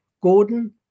Gordon